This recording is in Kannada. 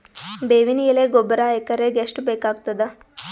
ಬೇವಿನ ಎಲೆ ಗೊಬರಾ ಎಕರೆಗ್ ಎಷ್ಟು ಬೇಕಗತಾದ?